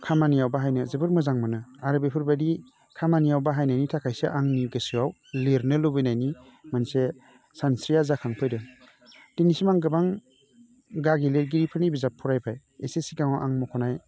खामानियाव बाहायनो जोबोर मोजां मोनो आरो बेफोरबादि खामानियाव बाहायनायनि थाखायसो आंनि गोसोआव लिरनो लुबैनायनि मोनसे सानस्रिया जाखांफैदों दिनैसिम आं गोबां गागि लिरगिरिफोरनि बिजाब फरायबाय एसे सिगाङाव आं मख'नाय